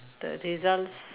the results